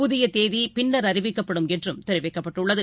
புதியதேதிபின்னர் அறிவிக்கப்படும் என்றும் தெரிவிக்கப்பட்டுள்ளது